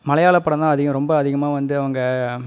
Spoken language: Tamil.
மலையாள படம்தான் அதிகம் ரொம்ப அதிகமா வந்து அவங்க